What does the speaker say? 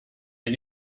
and